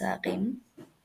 הטורניר.